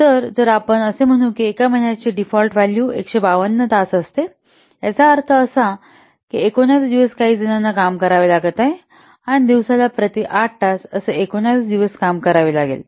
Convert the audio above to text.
तर जर आपण असे म्हणू की एका महिन्याची डीफॉल्ट व्हॅलू 152 तास असते याचा अर्थ असा की १९ दिवस काही जणांना काम करावे लागत आहे किंवा दिवसाला प्रति 8 तास असे 19 दिवस काम करावे लागेल